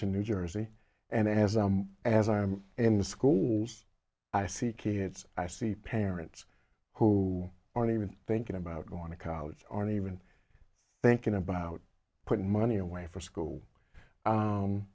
to new jersey and as i as i am in the schools i see kids i see parents who aren't even thinking about going to college aren't even thinking about putting money away for school